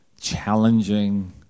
challenging